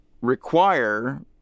require